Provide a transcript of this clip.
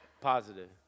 Positive